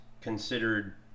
considered